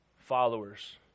followers